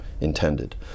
intended